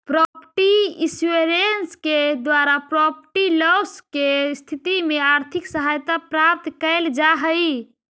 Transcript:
property insurance के द्वारा property loss के स्थिति में आर्थिक सहायता प्राप्त कैल जा हई